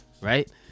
right